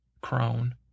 crone